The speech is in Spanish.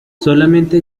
solamente